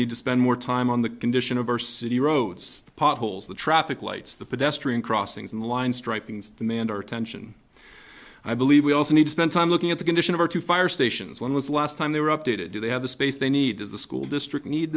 need to spend more time on the condition of our city roads potholes the traffic lights the pedestrian crossings and the line striping samandar tension i believe we also need to spend time looking at the condition of our two fire stations when was the last time they were updated do they have the space they need as the school district need